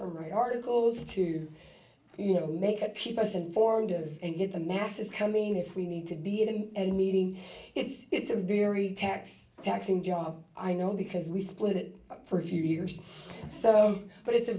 from write articles to you know make a keep us informed and get the masses coming if we need to be in a meeting it's a very tax taxing job i know because we split it for a few years so but it's a